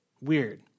Weird